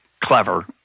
clever